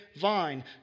vine